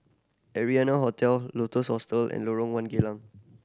Arianna Hotel Lotus Hostel and Lorong One Geylang